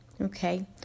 okay